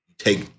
take